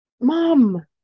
mom